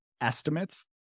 estimates